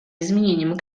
изменением